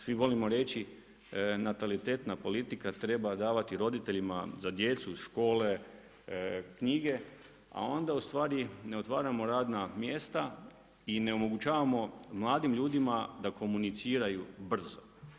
Svi volimo reći natalitetna politika treba davati roditeljima za djecu, škole knjige, a onda u stvari ne otvaramo radna mjesta i ne omogućavamo mladim ljudima da komuniciraju brzo.